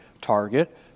target